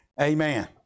Amen